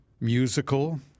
musical